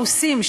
הרוסים,